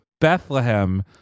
Bethlehem